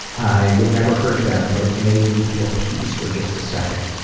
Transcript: i would never hurt them, but it made me feel peace for just a second,